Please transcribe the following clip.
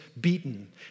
beaten